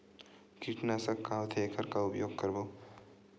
कीटनाशक का होथे एखर का उपयोग करबो?